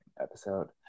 episode